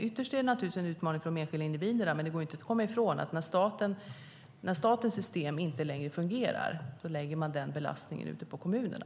Ytterst är det naturligtvis en utmaning för de enskilda individerna, men det går inte att komma ifrån att när statens system inte längre fungerar läggs belastningen ut på kommunerna.